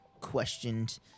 questioned